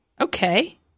okay